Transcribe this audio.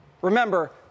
Remember